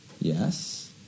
yes